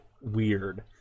weird